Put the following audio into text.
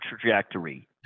trajectory